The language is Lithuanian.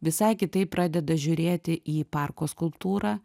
visai kitaip pradeda žiūrėti į parko skulptūrą